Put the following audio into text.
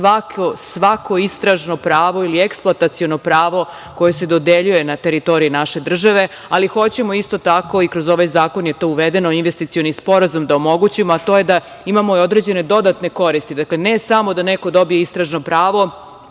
svako istražno pravo ili eksploataciono pravo koje se dodeljuje na teritoriji naše države, ali hoćemo isto tako, i za ovaj zakon je to uvedeno, investicioni sporazum da omogućimo, a to je da imamo i određene dodatne koristi, ne samo da neko dobije istražno pravo,